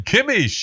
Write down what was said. Kimmy